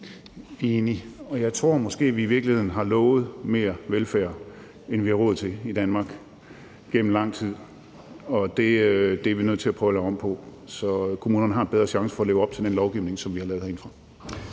Jeg er enig. Og jeg tror måske, vi i virkeligheden har lovet mere velfærd, end vi har råd til i Danmark, gennem lang tid, og det er vi nødt til at prøve at lave om på, så kommunerne har en bedre chance for at leve op til den lovgivning, som vi har lavet herindefra.